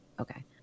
okay